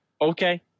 okay